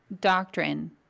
doctrine